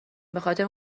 بخاطر